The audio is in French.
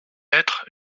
être